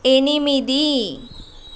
ఎనిమిది